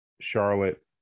Charlotte